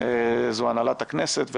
זו הנהלת הכנסת.